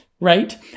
right